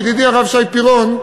ידידי הרב שי פירון,